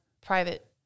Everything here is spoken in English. private